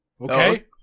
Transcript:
Okay